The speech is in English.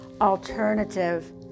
alternative